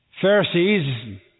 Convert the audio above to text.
Pharisees